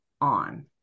on